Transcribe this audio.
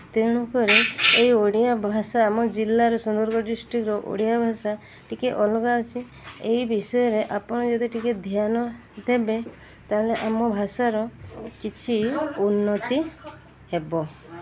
ତେଣୁକରି ଏଇ ଓଡ଼ିଆ ଭାଷା ଆମ ଜିଲ୍ଲାର ସୁନ୍ଦରଗଡ଼ ଡିଷ୍ଟ୍ରିକ୍ଟ୍ର ଓଡ଼ିଆ ଭାଷା ଟିକେ ଅଲଗା ଅଛି ଏହି ବିଷୟରେ ଆପଣ ଯଦି ଟିକିଏ ଧ୍ୟାନ ଦେବେ ତା'ହେଲେ ଆମ ଭାଷାର କିଛି ଉନ୍ନତି ହେବ